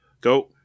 Go